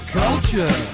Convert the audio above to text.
culture